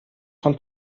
von